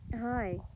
Hi